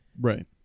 right